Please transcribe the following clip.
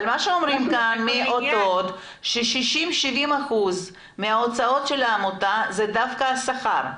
מה שאומרים כאן מאותות ש-60%-70% מהוצאות העמותה זה דווקא השכר.